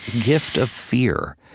gift of fear.